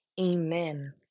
Amen